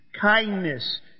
kindness